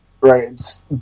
Right